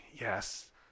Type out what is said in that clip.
yes